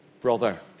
brother